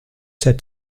said